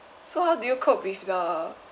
so how do you cope with the